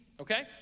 okay